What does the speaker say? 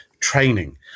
training